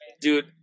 dude